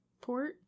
port